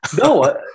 No